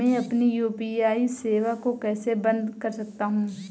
मैं अपनी यू.पी.आई सेवा को कैसे बंद कर सकता हूँ?